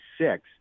six